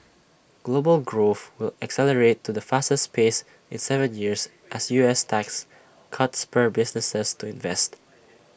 global growth will accelerate to the fastest pace in Seven years as U S tax cuts spur businesses to invest